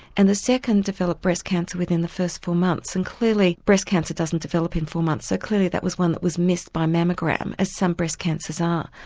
and the second developed breast cancer within the first four months and clearly breast cancer doesn't develop in four months, so clearly that was one that was missed by mammogram as some breast cancers are.